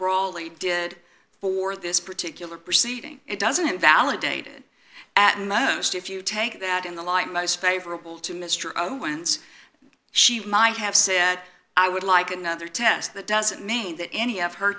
brawley did for this particular proceeding it doesn't invalidate it at most if you take that in the light most favorable to mr owens she might have said i would like another test that doesn't mean that any of her